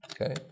Okay